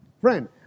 Friend